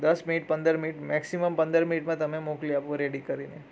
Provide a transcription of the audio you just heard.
દસ મિનિટ પંદર minute maximum પંદર મિનિટમાં તમે મોકલી આપો રેડી કરીને